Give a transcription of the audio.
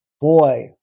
boy